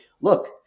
look